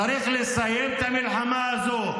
צריך לסיים את המלחמה הזו.